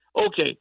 okay